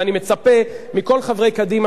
ואני מצפה מכל חברי קדימה,